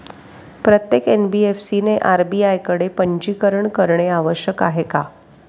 प्रत्येक एन.बी.एफ.सी ने आर.बी.आय कडे पंजीकरण करणे आवश्यक आहे का?